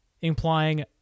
implying